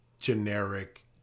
generic